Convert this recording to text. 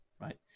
right